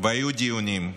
והיו דיונים.